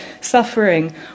suffering